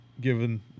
given